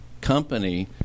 company